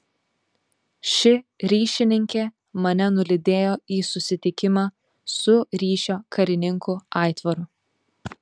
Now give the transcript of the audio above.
ši ryšininkė mane nulydėjo į susitikimą su ryšio karininku aitvaru